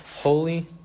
holy